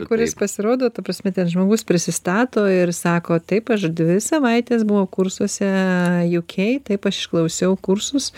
kuris pasirodo ta prasme ten žmogus prisistato ir sako taip aš dvi savaites buvau kursuose jū kei taip aš išklausiau kursus